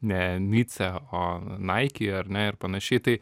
ne nice o naiki ar ne ir panašiai tai